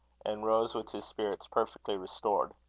and rose with his spirits perfectly restored.